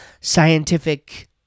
scientific